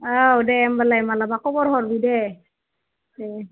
औ दे होमब्लालाय माब्लाबा खबर हरदो दे दे